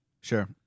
Sure